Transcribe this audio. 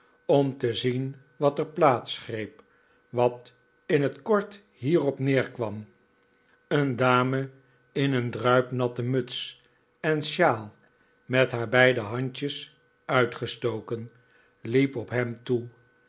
om te zien wat er plaatsgreep wat in het kort hierop neerkwam een dame in een druipnatte muts en sjaal met haar beide handjes uitgestoken liep op hem toe